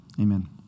Amen